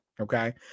okay